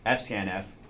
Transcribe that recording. ah fscanf,